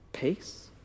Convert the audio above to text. Peace